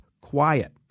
quiet